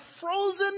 frozen